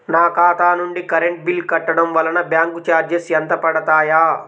నా ఖాతా నుండి కరెంట్ బిల్ కట్టడం వలన బ్యాంకు చార్జెస్ ఎంత పడతాయా?